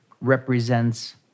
represents